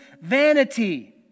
vanity